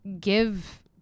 give